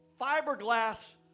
fiberglass